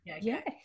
yes